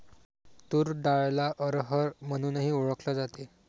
तूर डाळला अरहर म्हणूनही ओळखल जाते